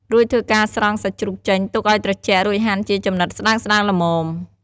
រួចធ្វើការស្រង់សាច់ជ្រូកចេញ ទុកឲ្យត្រជាក់ រួចហាន់ជាចំណិតស្តើងៗល្មម។